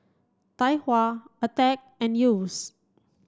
Tai Hua Attack and Yeo's